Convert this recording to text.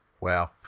Wow